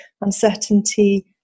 Uncertainty